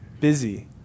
Busy